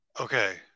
Okay